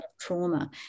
trauma